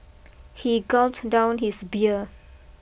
he gulped down his beer